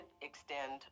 extend